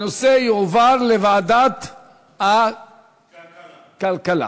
הנושא יועבר לוועדת הכלכלה.